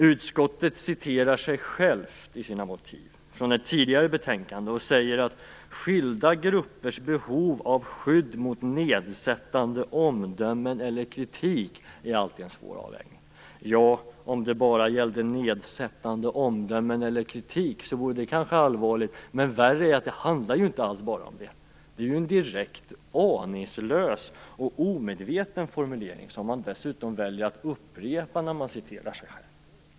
Utskottet citerar sig självt i sina motiv från ett tidigare betänkande och säger att skilda gruppers behov av skydd mot nedsättande omdömen eller kritik alltid är en svår avvägning. Om det bara gällde nedsättande omdömen eller kritik vore det kanske i och för sig allvarligt, men det värsta är att det inte alls bara handlar om det. Det är en direkt aningslös och omedveten formulering som man dessutom väljer att upprepa när man citerar sig själv.